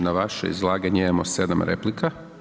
Na vaše izlaganje imamo 7 replika.